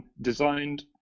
designed